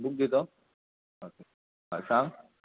book दिता okay हय सांग